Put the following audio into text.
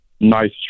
nice